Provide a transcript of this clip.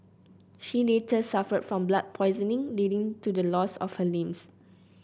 she later suffered from blood poisoning leading to the loss of her limbs